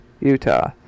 Utah